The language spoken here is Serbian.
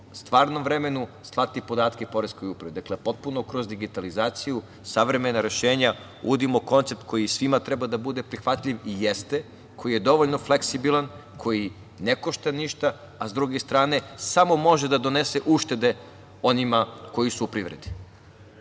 stvarnom vremenu slati podatke Poreskoj upravi. Dakle, potpuno kroz digitalizaciju, savremena rešenja uvodimo koncept koji svima treba da bude prihvatljiv i jeste, koji je dovoljno fleksibilan, koji ne košta ništa, a sa druge strane samo može da donese uštede onima koji su u privredi.